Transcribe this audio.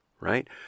right